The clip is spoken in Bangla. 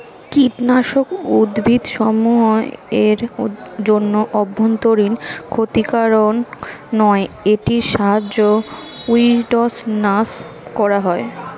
কীটনাশক উদ্ভিদসমূহ এর জন্য অভ্যন্তরীন ক্ষতিকারক নয় এটির সাহায্যে উইড্স নাস করা হয়